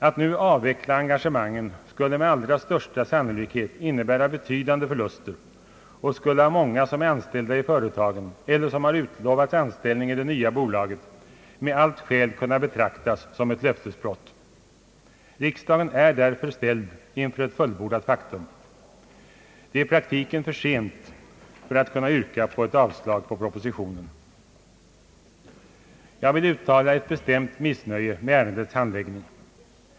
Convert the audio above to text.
Att nu avveckla engagemangen skulle med allra största sannolikhet innebära betydande förluster och skulle av många, som är anställda i företagen eller som utlovats anställning i det nya bolaget, med allt skäl kunna betraktas som ett löftesbrott. Riksdagen är därför ställd inför ett fullbordat faktum. Det är i praktiken för sent att yrka avslag på propositionen. Jag vill uttala ett bestämt missnöje med ärendets handläggning.